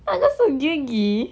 tak gosok gigi